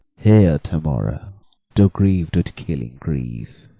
here, tamora though griev'd with killing grief.